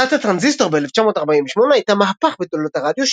המצאת הטרנזיסטור ב-1948 הייתה "מהפך" בתולדות הרדיו,